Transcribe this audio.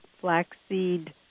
flaxseed